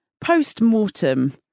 post-mortem